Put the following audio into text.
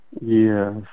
yes